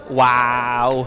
wow